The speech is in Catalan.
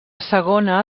segona